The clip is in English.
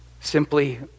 simply